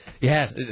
yes